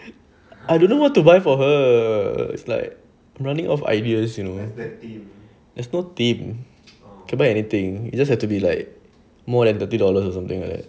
it I don't know what to buy for her it's like running of ideas you know there's no theme can buy anything it's just have to be like more than thirty dollars or something like that